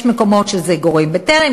יש מקומות שזה גורם "בטרם",